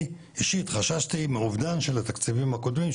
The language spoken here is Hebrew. אני אישית חששתי מהאובדן של התקציבים הקודמים,